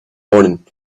morning